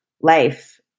life